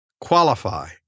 Qualify